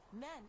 men